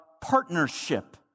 partnership